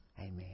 amen